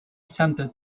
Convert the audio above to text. center